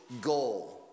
goal